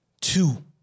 Two